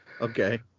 Okay